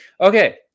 Okay